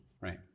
Right